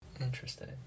Interesting